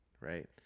right